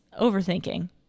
overthinking